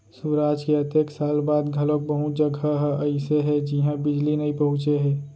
सुराज के अतेक साल बाद घलोक बहुत जघा ह अइसे हे जिहां बिजली नइ पहुंचे हे